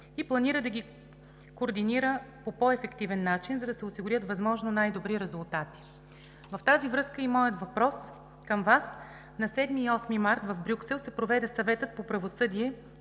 и планира да ги координира по по-ефективен начин, за да се осигурят възможно най-добри резултати. В тази връзка е и моят въпрос към Вас. На 7 и 8 март в Брюксел се проведе Съветът по правосъдие